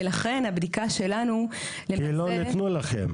ולכן הבדיקה שלנו למעשה --- כי לא נתנו לכם.